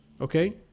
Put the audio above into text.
okay